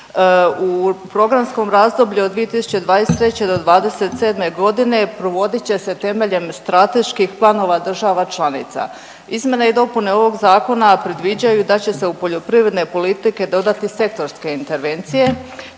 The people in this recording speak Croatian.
U programskom razdoblju od 2023. do '27.g. provodit će se temeljem strateških planova država članica. Izmjene i dopune ovog zakona predviđaju da će se u poljoprivredne politike dodati sektorske intervencije,